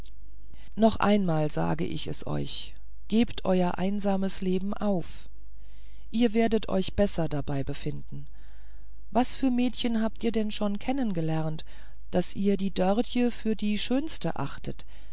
noch einmal sage ich es euch gebt euer einsames leben auf ihr werdet euch besser dabei befinden was für mädchen habt ihr denn schon kennen gelernt daß ihr die dörtje für die schönste achtet